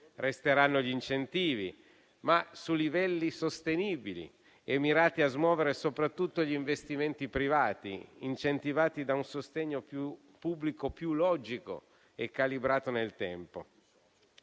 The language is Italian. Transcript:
Resteranno gli incentivi, ma su livelli sostenibili e mirati a smuovere soprattutto gli investimenti privati, incentivati da un sostegno più pubblico, più logico e calibrato nel tempo.